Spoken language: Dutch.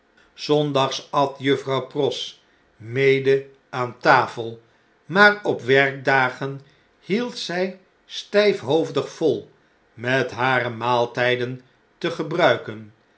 szondags at juffrouw pross mede aan tafel maar op werkdagen hield zjj stijfhoofdig vol met hare maaltjjden te gebruiken